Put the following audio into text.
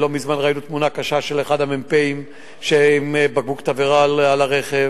לא מזמן ראינו תמונה קשה של אחד המ"פים עם בקבוק תבערה על הרכב.